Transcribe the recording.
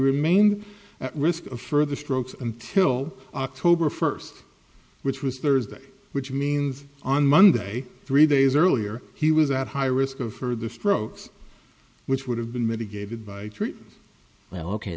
remained at risk of further strokes until october first which was thursday which means on monday three days earlier he was at high risk of further strokes which would have been mitigated by treat